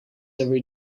every